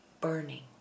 burning